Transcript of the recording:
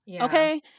Okay